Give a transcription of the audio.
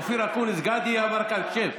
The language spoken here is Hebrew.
אופיר אקוניס, גדי יברקן, שב.